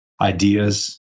ideas